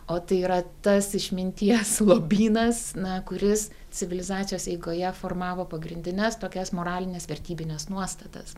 o tai yra tas išminties lobynas na kuris civilizacijos eigoje formavo pagrindines tokias moralines vertybines nuostatas